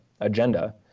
agenda